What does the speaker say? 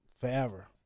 forever